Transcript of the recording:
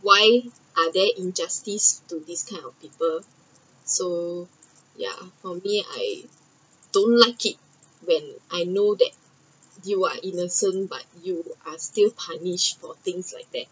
why are there injustice to this kind of people so ya for me I don’t like it when I know that you are innocent but you are still punished for things like that